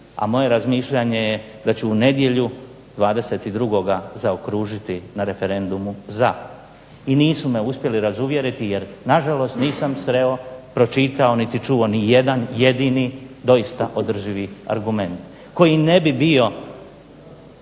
A moje razmišljanje je da ću u nedjelju 22-oga zaokružiti na referendumu ZA. I nisu me uspjeli razuvjeriti jer nažalost nisam sreo, pročitao niti čuo niti jedan jedini doista održivi argument koji ne bi bio